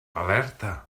alerta